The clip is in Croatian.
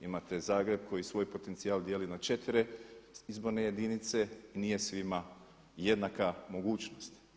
Imate Zagreb koji svoj potencijal dijeli na 4 izborne jedinice, nije svima jednaka mogućnost.